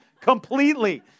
completely